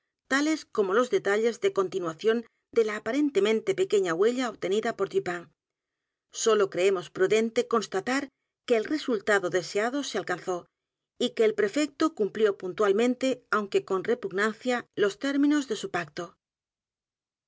tales como los detalles de continuación de la aparentemente pequeña huella obtenida por dupin sólo creemos prudente constatar que el resultado deseado se alcanzó y que el prefecto cumplió puntualmente aunque con repugnancia los términos de su pacto